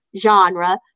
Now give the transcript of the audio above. genre